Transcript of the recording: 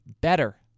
better